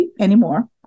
anymore